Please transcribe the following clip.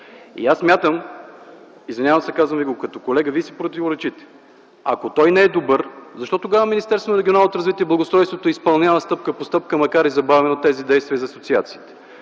МИХАЛЕВСКИ: Извинявам се, казвам Ви го като колега. Вие си противоречите. Ако той не е добър, защо тогава Министерството на регионалното развитие и благоустройството изпълнява стъпка по стъпка, макар и забавено, тези действия за асоциациите?